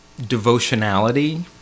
devotionality